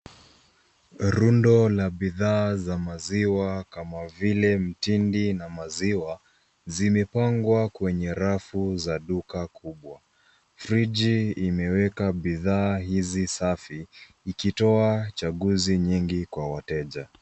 Rundo la bidhaa za maziwa kama vile mtindi na maziwa, zimepangwa kwenye rafu za duka kubwa. Friji imeweka bidhaa hizi safi, ikitoa chaguzi nyingi kwa wateja.